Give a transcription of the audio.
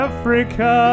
Africa